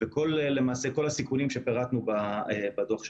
וכל הסיכונים שפירטנו בדוח שלנו.